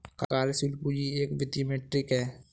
कार्यशील पूंजी एक वित्तीय मीट्रिक है